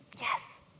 Yes